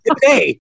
Today